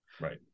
Right